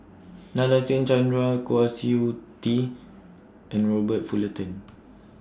Nadasen Chandra Kwa Siew Tee and Robert Fullerton